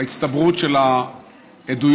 ההצטברות של העדויות,